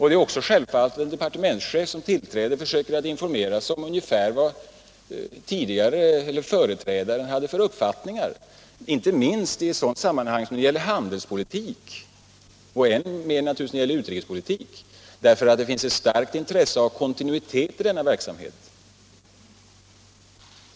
Det är också självfallet att en departementschef som tillträder försöker informera sig om vad företrädaren ungefär hade för uppfattningar, särskilt i ett sådant sammanhang som gäller handelspolitik, och än mer naturligtvis när det gäller utrikespolitik, eftersom det finns ett starkt intresse av kontinuitet i denna verksamhet.